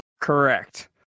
Correct